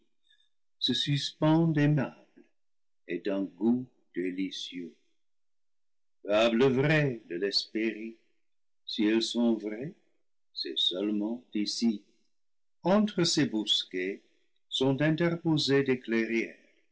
suspend aimable et d'un goût délicieux fables vraies de l'hespérie si elles sont vraies c'est seulement ici entre ces bosquets sont interposés des clairières